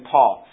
Paul